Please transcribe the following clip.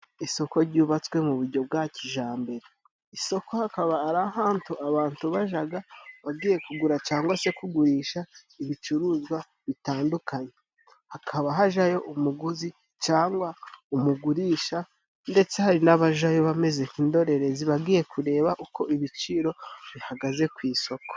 Isoko jyubatswe mu bujyo bwa kijambere. isoko hakaba ari ahantu abantu bajaga bagiye kugura cangwa se kugurisha ibicuruzwa bitandukanye. Hakaba hajayo umuguzi cangwa umugurisha, ndetse hari n'abajayo bameze nk'indorerezi, bagiye kureba uko ibiciro bihagaze ku isoko.